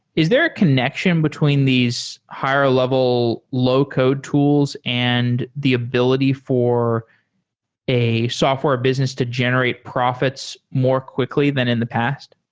is there a connection between these higher-level low-code tools and the ability for a software business to generate profi ts more quickly than in the past?